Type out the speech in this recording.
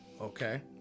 okay